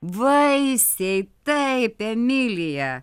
vaisiai taip emilija